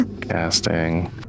casting